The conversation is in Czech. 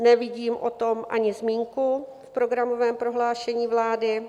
Nevidím o tom ani zmínku v programovém prohlášení vlády.